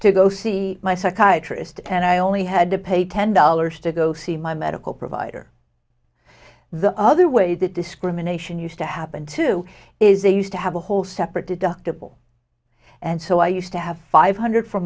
to go see my psychiatrist and i only had to pay ten dollars to go see my medical provider the other way that discrimination used to happen to is it used to have a whole separate deductible and so i used to have five hundred for